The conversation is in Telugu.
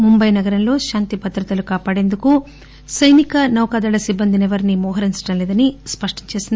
ముంబై నగరంలో శాంతి భద్రతలు కాపాడేందుకు సైనిక నౌకాదళ సిబ్బంది నెవరినీ మోహరించటం లేదని స్పష్టం చేసింది